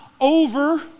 over